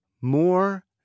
More